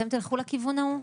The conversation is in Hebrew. אתם תלכו לכיוון ההוא?